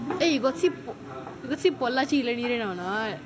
eh you got see you got see Pollachi நீரே:pollaachi neerae or not